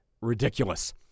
ridiculous